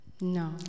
No